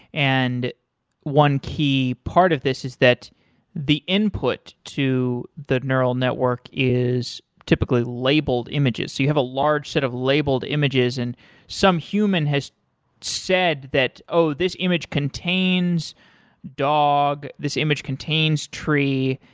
and one key part of this is that the input to the neural network is typically labeled images. you have a large set of labeled images and some human has said that, oh, this image contains dog. this image contains tree,